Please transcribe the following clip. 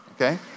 okay